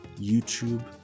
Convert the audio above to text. YouTube